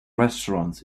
restaurant